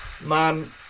Man